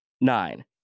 Nine